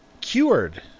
cured